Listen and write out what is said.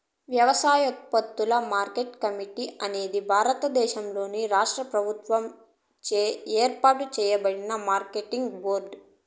వ్యవసాయోత్పత్తుల market committee అనేది భారతదేశంలోని రాష్ట్ర ప్రభుత్వాలచే ఏర్పాటు చేయబడిన మార్కెటింగ్ బోర్డు